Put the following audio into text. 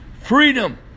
Freedom